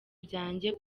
byanjye